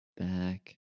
back